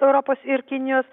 europos ir kinijos